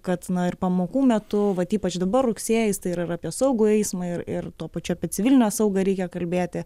kad ir pamokų metu vat ypač dabar rugsėjis tai ir yra apie saugų eismą ir ir tuo pačiu apie civilinę saugą reikia kalbėti